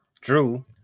Drew